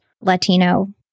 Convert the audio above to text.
Latino